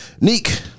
Neek